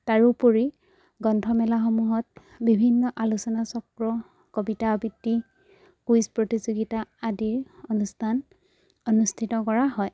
তাৰোপৰি গ্ৰন্থমেলাসমূহত বিভিন্ন আলোচনা চক্ৰ কবিতা আবৃত্তি কুইজ প্ৰতিযোগিতা আদিৰ অনুষ্ঠান অনুষ্ঠিত কৰা হয়